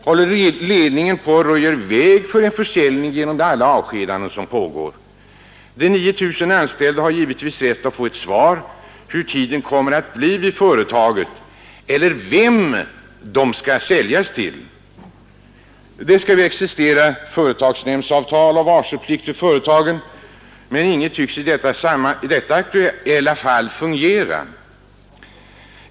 Håller ledningen på och röjer väg för en försäljning genom de avskedanden som pågår? De 9 000 anställda har givetvis rätt att få ett svar, hur framtiden kommer att bli vid företaget eller vem de skall säljas till. Det skall existera företagsnämndsavtal och varselplikt vid företagen, men inget tycks i detta aktuella fall fungera.